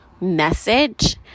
message